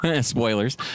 spoilers